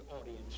audience